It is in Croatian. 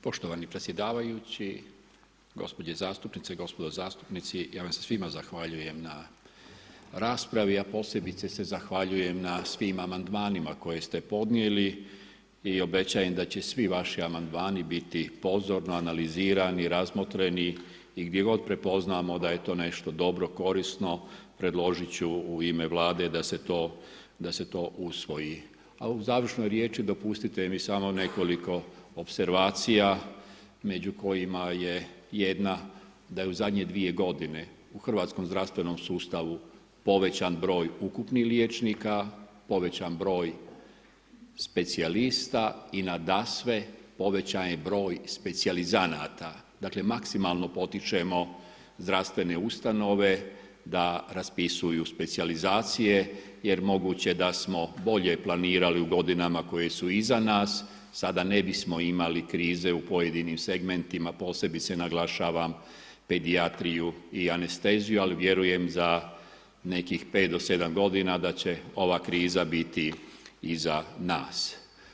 Poštovani predsjedavajući, gospođe zastupnice i gospodo zastupnici ja vam se svima zahvaljujem na raspravi a posebice se zahvaljujem na svim amandmanima koje ste podnijeli i obećajem da će svi vaši amandmani biti pozorno analizirani, razmotreni i gdje god prepoznamo da je to nešto dobro korisno predložit ću u ime Vlade da se to usvoji, a u završnoj riječi dopustite mi samo nekoliko opservacija među kojima je jedna da je u zadnje 2 godine u hrvatskom zdravstvenom sustavu povećan broj ukupnih liječnika, povećan broj specijalista i nadasve povećan je broj specijalizanata, dakle maksimalno potičemo zdravstvene ustanove da raspisuju specijalizacije jer moguće da smo bolje planirali u godinama koje su iza nas sada ne bismo imali krize u pojedinim segmentima posebice naglašavam pedijatriju i anesteziju, ali vjerujem za nekih 5 do 7 godina da će ova kriza biti iza nas.